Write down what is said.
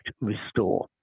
restore